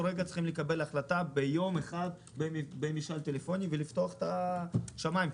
רגע צריכים לקבל החלטה ביום אחד ובמשאל טלפוני ולפתוח את השמים.